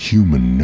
Human